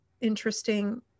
interesting